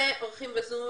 בוקר טוב לכולם,